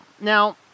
Now